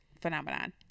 phenomenon